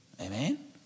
Amen